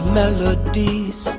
melodies